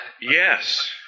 Yes